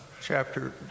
chapter